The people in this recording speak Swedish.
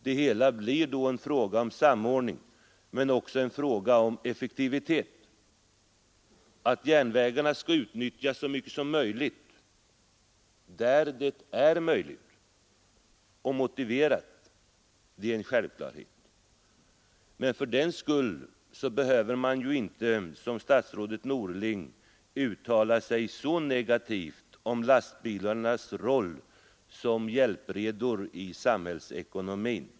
Det hela blir då en fråga om samordning — men också en fråga om effektivitet. Att järnvägarna skall utnyttjas så mycket som möjligt — där det är möjligt och motiverat — är en självklarhet. Men fördenskull behöver man ju inte som statsrådet Norling uttala sig så negativt om lastbilarnas roll som hjälpredor i samhällsekonomin.